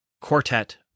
quartet